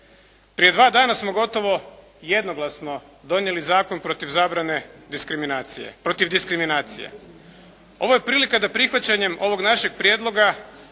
Prije dva dana smo gotovo jednoglasno donijeli Zakon protiv diskriminacije. Ovo je prilika da prihvaćanjem ovog našeg prijedloga